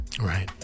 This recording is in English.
Right